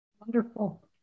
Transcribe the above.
Wonderful